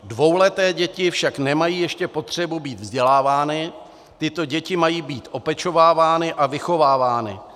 Dvouleté děti však nemají ještě potřebu být vzdělávány, tyto děti mají být opečovávány a vychovávány.